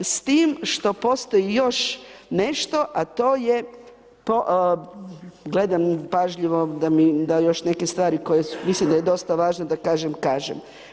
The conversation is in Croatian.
S tim što postoji još nešto, a to je gledam pažljivo da još neke stvari koje mislim da je dosta važno da kažem, kažem.